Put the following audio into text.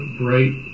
bright